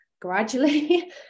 gradually